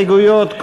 אין הסתייגויות.